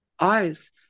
eyes